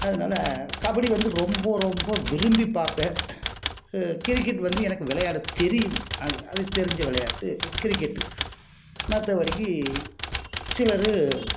அதனால் கபடி வந்து ரொம்ப ரொம்ப விரும்பி பார்ப்பேன் கிரிக்கெட்டு வந்து எனக்கு விளையாட தெரியும் அது அது தெரிஞ்ச விளையாட்டு கிரிக்கெட்டு மற்றபடிக்கி சிலர்